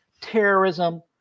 terrorism